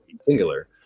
singular